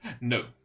No